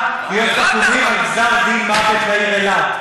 ואין לנו שום כוונה להיות חתומים על גזר-דין מוות לעיר אילת.